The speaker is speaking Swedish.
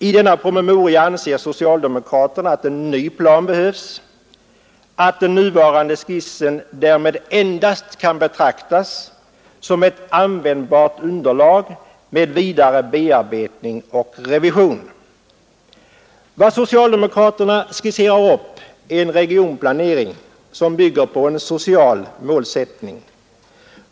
I denna promemoria anser socialdemokraterna att en ny plan behövs, att den nuvarande skissen därmed endast kan betraktas som ett användbart underlag vid vidare bearbetning och revision. Vad socialdemokraterna skisserar är en regionplanering som bygger på en social målsättning.